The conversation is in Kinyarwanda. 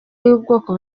y’ubwoko